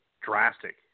drastic